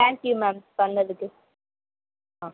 thank you ma'am சொன்னதுக்கு ஆ